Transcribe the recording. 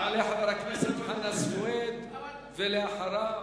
יעלה חבר הכנסת חנא סוייד, ואחריו,